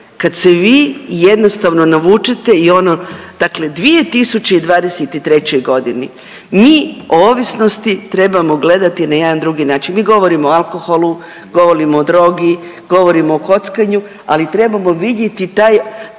kad se vi jednostavno navučete i ono, dakle 2023. godini mi o ovisnosti trebamo gledati na jedan drugi način. Mi govorimo o alkoholu, govorimo o drogi, govorimo o kockanju, ali trebamo vidjeti taj,